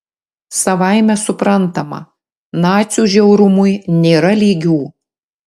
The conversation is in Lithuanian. savaime suprantama nacių žiaurumui nėra lygių